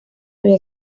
había